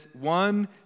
one